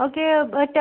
okay but